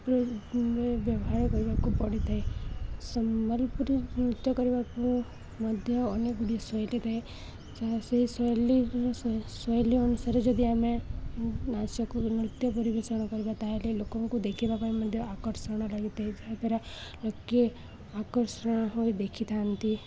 ବ୍ୟବହାର କରିବାକୁ ପଡ଼ିଥାଏ ସମ୍ବଲପୁରୀ ନୃତ୍ୟ କରିବାକୁ ମଧ୍ୟ ଅନେକ ଗୁଡ଼ିଏ ଶୈଳୀ ଥାଏ ସେହି ଶୈଳୀର ଶୈଳୀ ଅନୁସାରେ ଯଦି ଆମେ ନାଚ କରୁ ନୃତ୍ୟ ପରିବେଷଣ କରିବା ତା'ହେଲେ ଲୋକଙ୍କୁ ଦେଖିବା ପାଇଁ ମଧ୍ୟ ଆକର୍ଷଣ ଲାଗିଥାଏ ଯାହା ଦ୍ୱାରା ଲୋକେ ଆକର୍ଷଣ ହୋଇ ଦେଖିଥାନ୍ତି